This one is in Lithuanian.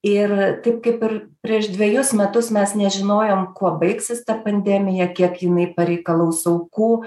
ir taip kaip ir prieš dvejus metus mes nežinojom kuo baigsis ta pandemija kiek jinai pareikalaus aukų